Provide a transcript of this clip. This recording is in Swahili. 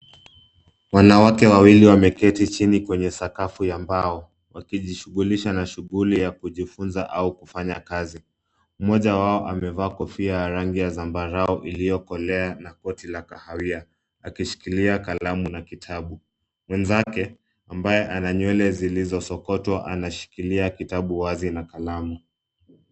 Wanawaake wawili wameketi chini kwenye sakafu ya mbao wakijishughulisha na shughuli ya kujifunza au kufanya kazi. Mmoja wao amevaa kofia ya rangi ya zambarau iliyokolea na koti la kahawia akishikilia kalamu na kitabu. Mwenzake ambaye ana nywele zilizosokotwa anashikilia kitabu wazi na kalamu.